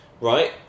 right